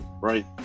right